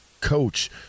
coach